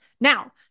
Now